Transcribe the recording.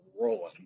rolling